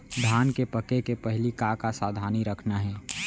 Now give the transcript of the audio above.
धान के पके के पहिली का का सावधानी रखना हे?